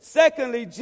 secondly